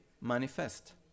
manifest